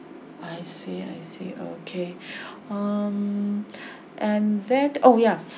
I see I see okay um and that oh yeah